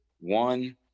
one